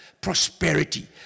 prosperity